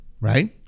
Right